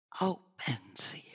opens